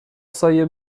سایه